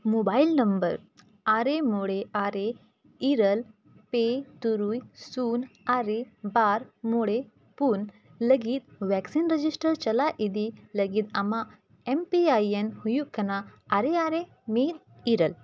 ᱟᱨᱮ ᱢᱚᱬᱮ ᱟᱨᱮ ᱤᱨᱟᱹᱞ ᱯᱮ ᱛᱩᱨᱩᱭ ᱥᱩᱱ ᱟᱨᱮ ᱵᱟᱨ ᱢᱚᱬᱮ ᱯᱩᱱ ᱞᱟᱹᱜᱤᱫ ᱪᱟᱞᱟᱣ ᱤᱫᱤᱭ ᱞᱟᱹᱜᱤᱫ ᱟᱢᱟᱜ ᱦᱩᱭᱩᱜ ᱠᱟᱱᱟ ᱟᱨᱮ ᱟᱨᱮ ᱢᱤᱫ ᱤᱨᱟᱹᱞ